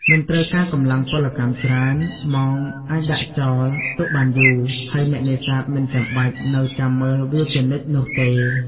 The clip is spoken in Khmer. មិនត្រូវការកម្លាំងពលកម្មច្រើន មងអាចដាក់ចោលទុកបានយូរ ហើយអ្នកនេសាទមិនចាំបាច់នៅចាំមើលវាជានិច្ចនោះទេ។